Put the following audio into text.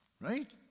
Right